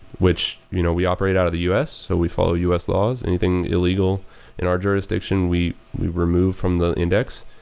which you know we operate out of the us, so we follow us laws. anything illegal in our jurisdiction we we remove from the index,